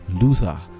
Luther